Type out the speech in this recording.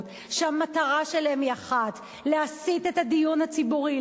שהמטרה שלהן היא אחת: להסיט את הדיון הציבורי,